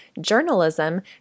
journalism